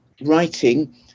writing